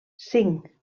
cinc